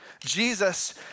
Jesus